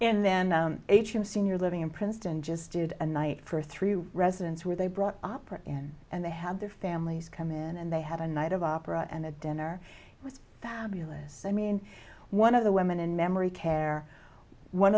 and then a true senior living in princeton just did a night for three residents where they brought opera in and they had their families come in and they had a night of opera and the dinner was fabulous i mean one of the women in memory care one